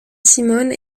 simone